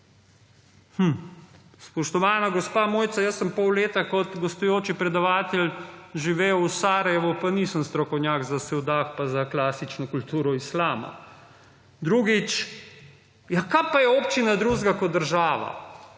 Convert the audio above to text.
Hm! Spoštovana gospa Mojca, jaz sem pol leta kot gostujoči predavatelj živel v Sarajevu, pa nisem strokovnjak za sevdah pa za klasično kulturo islama. Drugič, ja, kaj pa je občina drugega kot država!